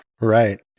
Right